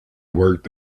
worked